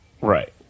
Right